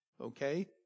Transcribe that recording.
okay